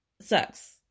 sucks